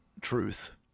truth